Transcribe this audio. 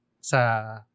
sa